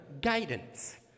guidance